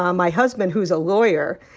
um my husband, who's a lawyer,